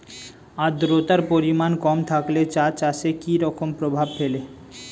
আদ্রতার পরিমাণ কম থাকলে চা চাষে কি রকম প্রভাব ফেলে?